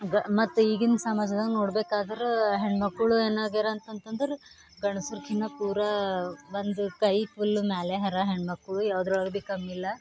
ಬ್ ಮತ್ತು ಈಗಿನ ಸಮಾಜದಾಗ ನೋಡ್ಬೇಕಾದ್ರೆ ಹೆಣ್ಮಕ್ಳು ಏನಾಗ್ಯಾರ ಅಂತಂತಂದರೆ ಗಂಡ್ಸ್ರಕಿನ್ನ ಪೂರ ಒಂದು ಕೈ ಫುಲ್ ಮ್ಯಾಲೆ ಹರ ಹೆಣ್ಮಕ್ಳು ಯಾವ್ದ್ರೊಳಗೆ ಭೀ ಕಮ್ಮಿಲ್ಲ